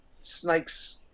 Snakes